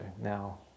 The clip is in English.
now